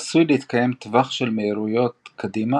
עשוי להתקיים טווח של מהירויות קדימה